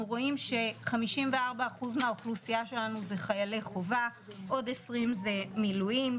רואים ש-54 אחוז מהאוכלוסייה שלנו זה חיילי חובה עוד 20 זה מילואים,